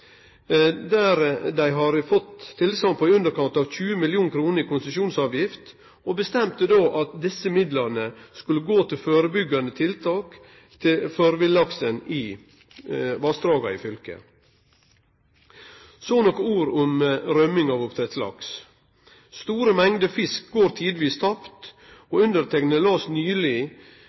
Dei har fått tilsegn på i underkant av 20 mill. kr i konsesjonsavgift, og bestemde då at desse midlane skulle gå til førebyggjande tiltak for villaksen i vassdraga i fylket. Så nokre ord om rømming av oppdrettslaks: Store mengder fisk går tidvis tapt. Eg las nyleg